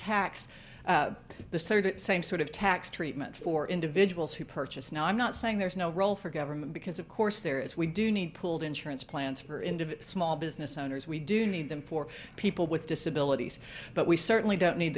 tax the same sort of tax treatment for individuals who purchase now i'm not saying there's no role for government because of course there is we do need pooled insurance plans for into small business owners we do need them for people with disabilities but we certainly don't need